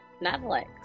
Netflix